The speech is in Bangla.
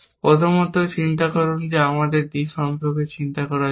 প্রথমত চিন্তা করুন আমাদের পরিষ্কার d সম্পর্কে চিন্তা করা যাক